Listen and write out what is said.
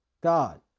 God